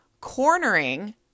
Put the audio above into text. cornering